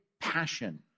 passion